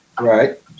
Right